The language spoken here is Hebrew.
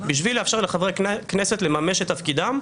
בשביל לאפשר לחברי כנסת לממש את תפקידם,